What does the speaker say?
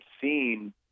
seen